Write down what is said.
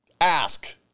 ask